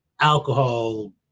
alcohol –